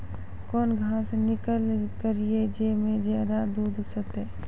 कौन घास किनैल करिए ज मे ज्यादा दूध सेते?